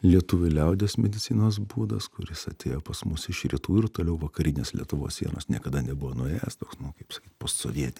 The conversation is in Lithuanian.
lietuvių liaudies medicinos būdas kuris atėjo pas mus iš rytų ir toliau vakarinės lietuvos sienos niekada nebuvo nuėjęs toks nu kaip sakyt postsovieti